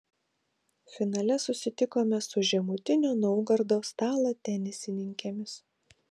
finale susitikome su žemutinio naugardo stalo tenisininkėmis